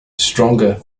stronger